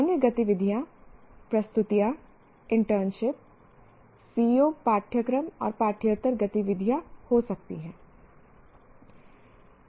अन्य गतिविधियाँ प्रस्तुतियाँ इंटर्नशिप CO पाठयक्रम और पाठ्येतर गतिविधियाँ हो सकती हैं